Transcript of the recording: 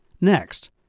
Next